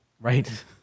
Right